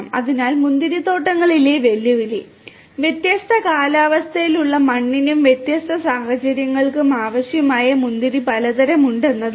അതിനാൽ മുന്തിരിത്തോട്ടങ്ങളിലെ വെല്ലുവിളി വ്യത്യസ്ത കാലാവസ്ഥയുള്ള മണ്ണിനും വ്യത്യസ്ത സാഹചര്യങ്ങൾക്കും ആവശ്യമായ മുന്തിരി പലതരം ഉണ്ട് എന്നതാണ്